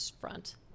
front